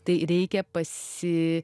tai reikia pasi